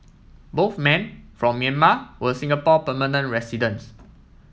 both men from Myanmar were Singapore permanent residents